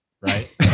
right